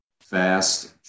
fast